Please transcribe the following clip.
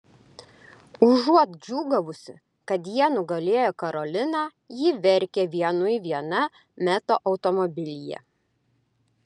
užuot džiūgavusi kad jie nugalėjo karoliną ji verkia vienui viena meto automobilyje